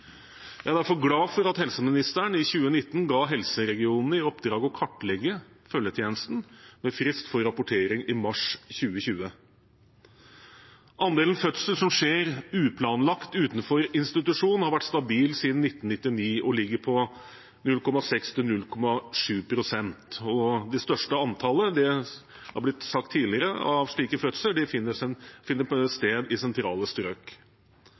Jeg er derfor glad for at helseministeren i 2019 ga helseregionene i oppdrag å kartlegge følgetjenesten, med frist for rapportering i mars 2020. Andelen fødsler som skjer uplanlagt utenfor institusjon, har vært stabil siden 1999 og ligger på 0,6–0,7 pst. Det største antallet – det har blitt sagt tidligere – av slike fødsler finner sted i sentrale strøk.